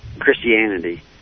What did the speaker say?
Christianity